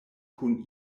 kun